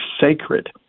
sacred